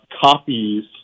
copies